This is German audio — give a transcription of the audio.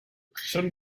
schon